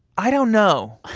i don't know